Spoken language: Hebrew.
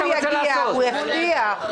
הוא הבטיח שהוא יגיע.